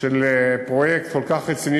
של פרויקט כל כך רציני,